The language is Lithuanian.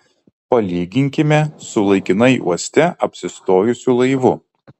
palyginkime su laikinai uoste apsistojusiu laivu